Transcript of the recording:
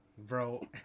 bro